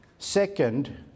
Second